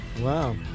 Wow